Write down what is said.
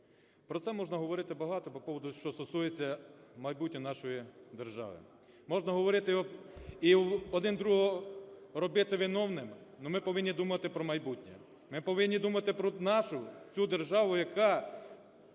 Про це можна говорити багато, з приводу, що стосується майбутнього нашої держави. Можна говорити і один одного робити винним, ну ми повинні думати про майбутнє, ми повинні думати про нашу цю державу, яка